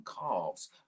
calves